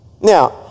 Now